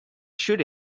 should